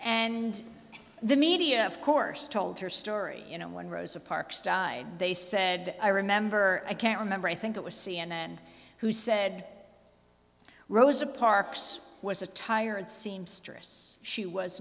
and the media of course told her story you know when rosa parks died they said i remember i can't remember i think it was c n n who said rosa parks was a tired seamstress she was